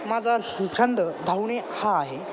माझा छंद धावणे हा आहे